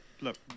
Look